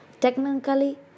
technically